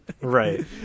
Right